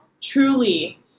truly